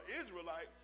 Israelite